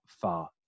far